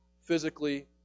physically